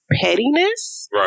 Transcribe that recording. pettiness